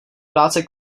práce